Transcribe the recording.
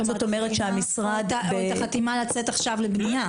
כלומר את החתימה לצאת עכשיו לבנייה.